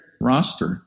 roster